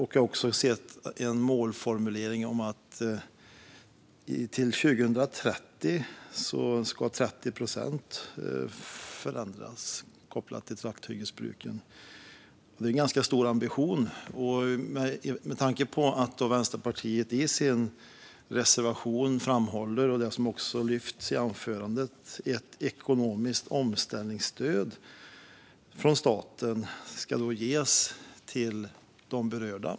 Jag har också sett att ni har en målformulering om att 30 procent ska förändras till 2030, kopplat till trakthyggesbruken. Det är en ganska hög ambition. Vänsterpartiet föreslår i sin reservation - och detta lyfts också i anförandet - att ett ekonomiskt stöd från staten ska ges till de berörda.